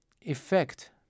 Effect